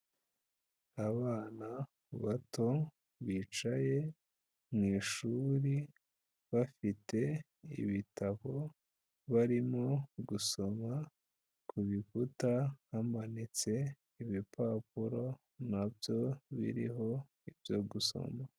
Abana bato bicaye mu ishuri bafite ibitabo, barimo gusoma ku bikuta hamanitse ibipapuro na byo biriho ibyo gusoma.